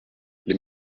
les